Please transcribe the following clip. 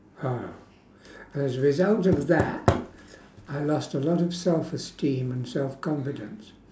oh as a result of that I lost of a lot of self esteem and self confidence